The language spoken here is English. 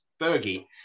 Fergie